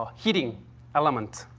ah heating element.